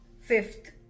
Fifth